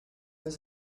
was